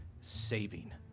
saving